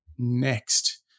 Next